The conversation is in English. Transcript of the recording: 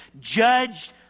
judged